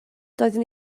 doeddwn